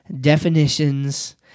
definitions